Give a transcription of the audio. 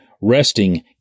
resting